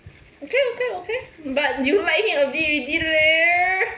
okay okay okay but you like him a bit already leh